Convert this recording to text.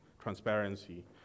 transparency